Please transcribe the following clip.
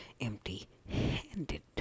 ...empty-handed